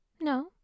No